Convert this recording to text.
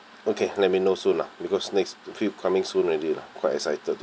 okay let me know soon lah because next trip coming soon already lah quite excited